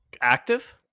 active